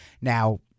Now